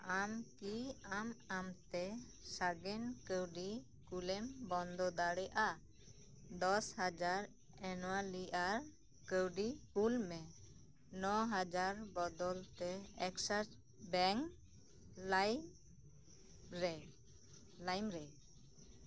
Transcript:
ᱟᱢ ᱠᱤ ᱟᱢ ᱟᱢᱛᱮ ᱥᱟᱜᱮᱱ ᱠᱟᱣᱰᱤ ᱠᱩᱞᱮᱢ ᱵᱚᱱᱫᱚ ᱫᱟᱲᱮᱭᱟᱜᱼᱟ ᱫᱚᱥ ᱦᱟᱡᱟᱨ ᱮᱱᱩᱣᱟᱞᱤ ᱟᱨ ᱠᱟᱣᱰᱤ ᱠᱩᱞ ᱢᱮ ᱱᱚ ᱦᱟᱡᱟᱨ ᱵᱚᱫᱚᱞ ᱛᱮ ᱮᱠᱥᱟᱨ ᱵᱮᱝᱠ ᱞᱟᱭ ᱨᱮ ᱞᱟᱭᱤᱱ ᱨᱮ